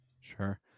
Sure